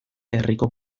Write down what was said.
herriko